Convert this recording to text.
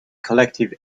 collective